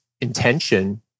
intention